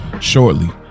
shortly